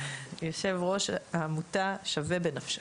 יושב ראש העמותה "שווה בנפשך".